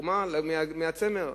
תרומה מהצמר.